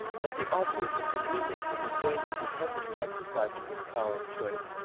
but the obvious inconveniences and dangers attending the exercise of this power of choice,